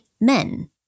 men